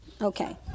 Okay